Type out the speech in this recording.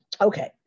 Okay